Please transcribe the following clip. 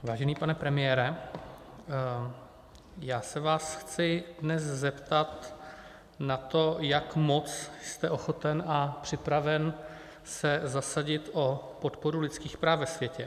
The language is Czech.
Vážený pane premiére, chci se vás dnes zeptat na to, jak moc jste ochoten a připraven se zasadit o podporu lidských práv ve světě.